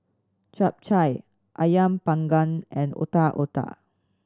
Chap Chai Ayam Panggang and Otak Otak